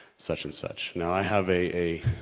such and such. now, i have a,